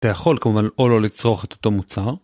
אתה יכול, כמובן, או לא לצרוך את אותו מוצר.